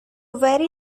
very